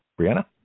Brianna